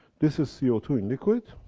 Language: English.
this is c o two in liquid,